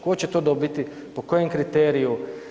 Ko će to dobiti, po kojem kriteriju?